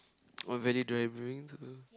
what value do I bring to